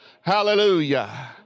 Hallelujah